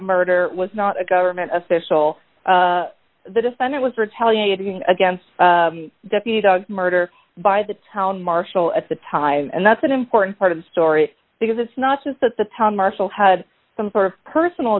murder was not a government official the defendant was retaliating against the murder by the town marshal at the time and that's an important part of the story because it's not just that the town marshal had some sort of personal